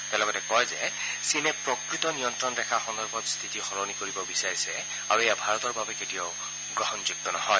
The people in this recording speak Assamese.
তেওঁ লগতে কয় যে চীনে প্ৰকৃত নিয়ন্নণৰেখা সন্দৰ্ভত শ্বিতি সলনি কৰিব বিচাৰিছে আৰু এয়া ভাৰতৰ বাবে কেতিয়াও গ্ৰহণযোগ্য নহয়